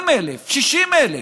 40,000, 60,000,